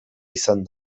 izan